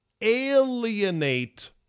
alienate